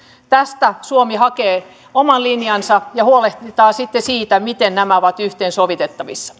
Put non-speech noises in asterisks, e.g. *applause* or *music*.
tästä suomi hakee oman linjansa ja huolehditaan sitten siitä miten nämä ovat yhteensovitettavissa *unintelligible*